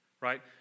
right